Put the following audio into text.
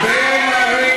חברת הכנסת בן ארי.